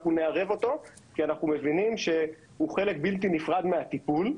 אנחנו נערב אותו כי אנחנו מבינים שהוא חלק בלתי נפרד מהטיפול.